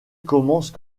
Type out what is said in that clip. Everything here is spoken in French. commence